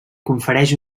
confereix